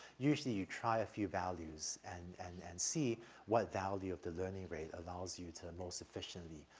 usually you try a few values and and and see what value of the learning rate allows you to most efficiently,